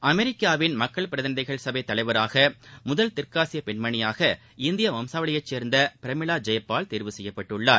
அமெிக்காவின் மக்கள் பிரதிநிதிகள் சபைத் தலைவராக முதல் தெற்காசிய பெண்மணியாக இந்திய வம்சாவளியைச் சேர்ந்த பிரமிளா ஜெயபால் தேர்வு செய்யப்பட்டுள்ளார்